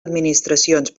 administracions